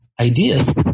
ideas